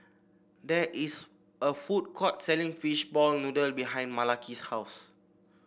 there is a food court selling Fishball Noodle behind Malaki's house